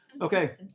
Okay